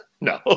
No